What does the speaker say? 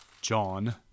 John